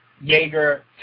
Jaeger